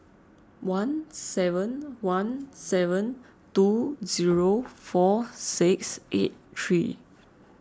one seven one seven two zero four six eight three